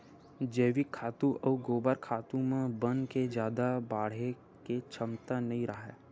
जइविक खातू अउ गोबर खातू म बन के जादा बाड़हे के छमता नइ राहय